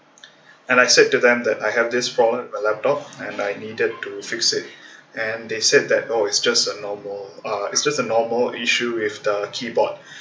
and I said to them that I have this problem with my laptop and I needed to fix it and they said that oh it's just a normal uh it's just a normal issue with the keyboard